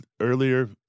earlier